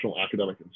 academic